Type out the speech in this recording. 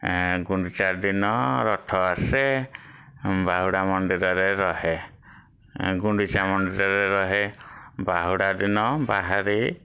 ଏଁ ଗୁଣ୍ଡିଚା ଦିନ ରଥ ଆସେ ବାହୁଡ଼ା ମନ୍ଦିରରେ ରହେ ଗୁଣ୍ଡିଚା ମନ୍ଦିରରେ ରହେ ବାହୁଡ଼ା ଦିନ ବାହାରି